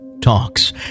Talks